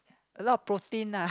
a lot of protein lah